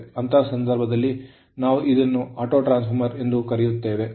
ಅಂತಹ ಸಂದರ್ಭದಲ್ಲಿ ನಾವು ಇದನ್ನು ಆಟೋಟ್ರಾನ್ಸ್ ಫಾರ್ಮರ್ ಎಂದು ಕರೆಯುತ್ತೇವೆ